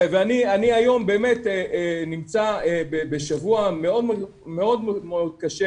ואני היום באמת נמצא בשבוע מאוד מאוד קשה